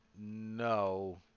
No